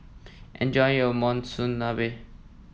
enjoy your Monsunabe